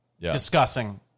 discussing